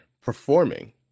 performing